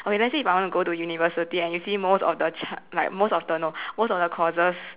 okay let's say if I want to go to university and you see most of the chance like most of the no most of the courses